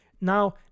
Now